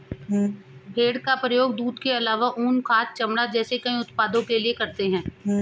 भेड़ का प्रयोग दूध के आलावा ऊन, खाद, चमड़ा जैसे कई उत्पादों के लिए करते है